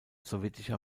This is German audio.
sowjetischer